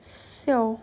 siao